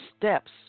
steps